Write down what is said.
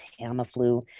Tamiflu